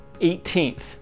18th